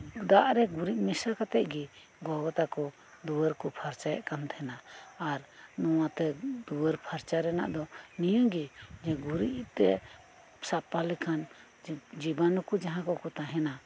ᱫᱟᱜ ᱨᱮ ᱜᱩᱨᱤᱡ ᱢᱮᱥᱟ ᱠᱟᱛᱮᱫ ᱜᱮ ᱜᱚᱜᱚ ᱛᱟᱠᱚ ᱫᱩᱣᱟᱹᱨ ᱠᱚ ᱯᱷᱟᱨᱪᱟᱭᱮᱫ ᱠᱟᱱ ᱛᱟᱦᱮᱱᱟ ᱟᱨ ᱱᱚᱶᱟ ᱛᱮ ᱫᱩᱣᱟᱹᱨ ᱯᱷᱟᱨᱪᱟ ᱨᱮᱱᱟᱜ ᱫᱚ ᱱᱤᱭᱟᱹᱜᱮ ᱡᱮ ᱜᱩᱨᱤᱡ ᱛᱮ ᱥᱟᱯᱟ ᱞᱮᱠᱷᱟᱱ ᱡᱤ ᱡᱤᱵᱟᱱᱩ ᱠᱚ ᱡᱟᱦᱟᱸ ᱠᱚᱠᱚ ᱛᱟᱦᱮᱱᱟ